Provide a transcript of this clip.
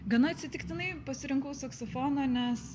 gana atsitiktinai pasirinkau saksofoną nes